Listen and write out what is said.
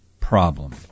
problem